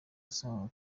usanzwe